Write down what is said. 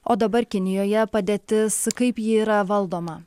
o dabar kinijoje padėtis kaip ji yra valdoma